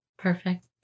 Perfect